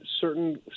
certain